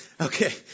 okay